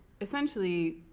essentially